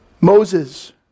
Moses